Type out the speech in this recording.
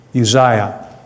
Uzziah